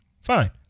fine